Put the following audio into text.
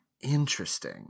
Interesting